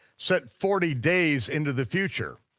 set forty days into the future.